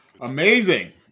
amazing